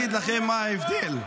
אתה תלך כפרה על חיילי צה"ל.